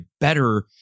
better